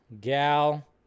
Gal